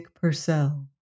Purcell